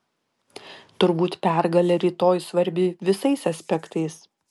turbūt pergalė rytoj svarbi visais aspektais